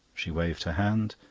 she waved her hand.